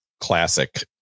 classic